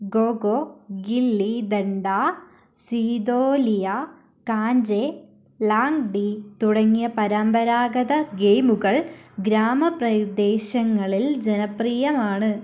ഖോ ഖോ ഗില്ലി ദണ്ഡ സീതോലിയ കാഞ്ചെ ലാംഗ്ഡി തുടങ്ങിയ പരമ്പരാഗത ഗെയിമുകൾ ഗ്രാമ പ്രദേശങ്ങളിൽ ജനപ്രിയമാണ്